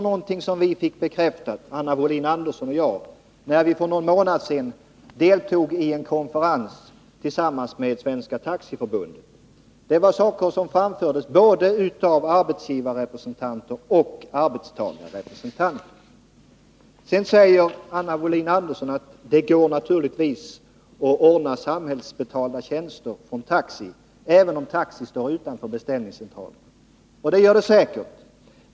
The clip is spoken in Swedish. Det fick Anna Wohlin-Andersson och jag bekräftat, när vi för någon månad sedan deltog i en konferens med Svenska taxiförbundet. Detta framfördes av både arbetsgivarrepresentanter och arbetstagarrepresentanter. Anna Wohlin-Andersson säger att det naturligtvis går att ordna samhällsbetalda tjänster från taxi, även om någon taxiutövare står utanför beställningscentralen. Det gör det säkert.